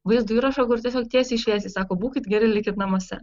vaizdo įrašą kur tiesiog tiesiai šviesiai sako būkit geri likit namuose